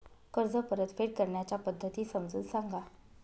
कर्ज परतफेड करण्याच्या पद्धती समजून सांगा